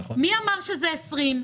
מי אמר שזה 20?